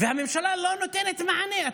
הממשלה לא נותנת מענה.